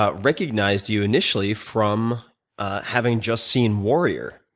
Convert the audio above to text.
ah recognized you initially from having just seen warrior.